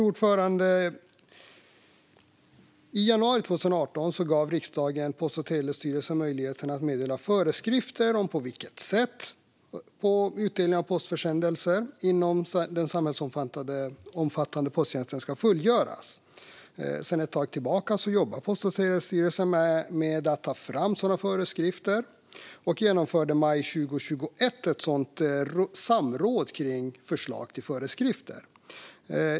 Fru talman! I januari 2018 gav riksdagen Post och telestyrelsen möjligheten att meddela föreskrifter om på vilket sätt utdelning av postförsändelser inom den samhällsomfattande posttjänsten ska fullgöras. Sedan ett tag tillbaka jobbar Post och telestyrelsen med att ta fram sådana föreskrifter, och man genomförde i maj 2021 ett samråd om förslag till föreskrifter.